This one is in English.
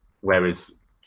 Whereas